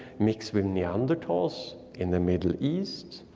mix with neanderthals in the middle east.